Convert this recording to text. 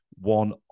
one